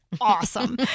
awesome